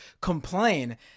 complain